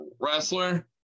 wrestler